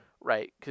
right